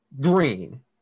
green